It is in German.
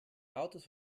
autos